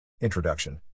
Introduction